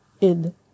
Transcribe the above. id